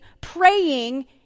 praying